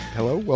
Hello